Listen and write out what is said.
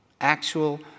Actual